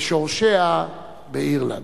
ושורשיה באירלנד.